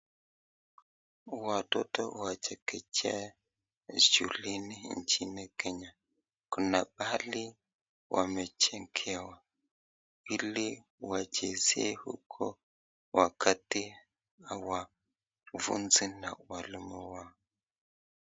Watoto wa chekechea shuleni nchini kenya kuna pahali wamejengewa ili wachezee huko wakati hawafunzwi na walimu wao.